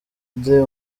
dre